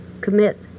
commit